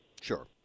Sure